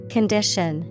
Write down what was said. Condition